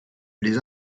les